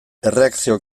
erreakzio